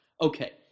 Okay